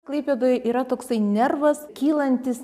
klaipėdoj yra toksai nervas kylantis